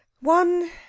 One